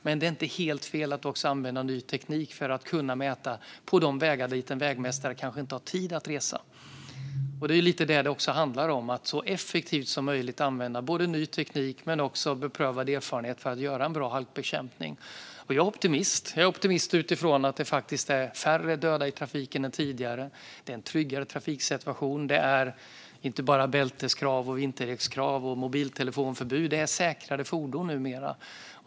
Men det är inte helt fel att också använda ny teknik för att kunna mäta på de vägar som en vägmästare kanske inte har tid att resa till. Det är lite grann detta det handlar om: att så effektivt som möjligt använda både ny teknik och beprövad erfarenhet för att göra en bra halkbekämpning. Jag är optimist. Jag är optimist utifrån att det faktiskt är färre döda i trafiken än tidigare. Det är en tryggare trafiksituation. Det är inte bara bälteskrav, vintervägskrav och mobiltelefonförbud, utan det är också säkrare fordon numera.